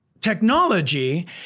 technology